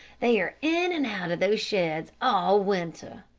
they are in and out of those sheds all winter.